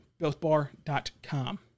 BuiltBar.com